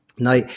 now